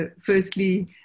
firstly